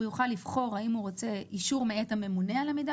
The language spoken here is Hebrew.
הוא יוכל לבחור האם הוא רוצה אישור מאת הממונה על עמידה